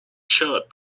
shirt